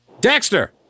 Dexter